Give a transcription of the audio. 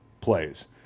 plays